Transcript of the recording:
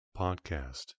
Podcast